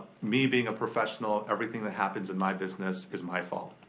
me being a professional, everything that happens in my business is my fault.